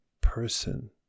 person